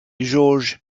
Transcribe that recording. george